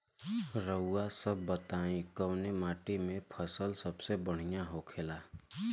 रउआ सभ बताई कवने माटी में फसले सबसे बढ़ियां होखेला?